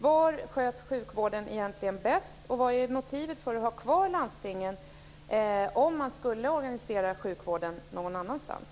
Vad är motivet för att ha kvar landstingen om man skulle organisera sjukvården någon annanstans?